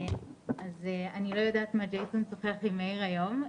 אני לא יודעת מה ג'ייסון שוחח עם מאיר היום,